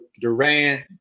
Durant